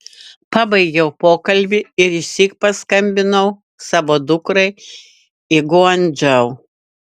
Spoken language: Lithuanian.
pabaigiau pokalbį ir išsyk paskambinau savo dukrai į guangdžou